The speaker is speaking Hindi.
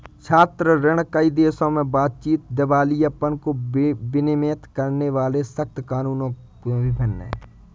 छात्र ऋण, कई देशों में बातचीत, दिवालियापन को विनियमित करने वाले सख्त कानूनों में भी भिन्न है